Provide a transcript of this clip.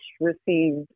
received